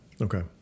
okay